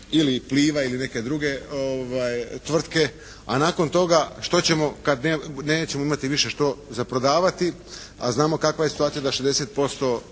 ili Pliva ili neke druge tvrtke, a nakon toga što ćemo kad nećemo imati više što za prodavati, a znamo kakva je situacija da 60%